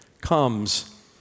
comes